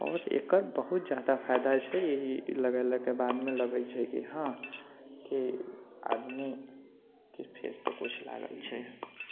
आओर एकर बहुत जादा फायदा छै ई लगेयलाके बादमे लगै छै कि हँ कि आदमीके फेस पर कुछ लागल छै